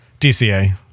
DCA